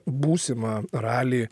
būsimą ralį